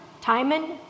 Timon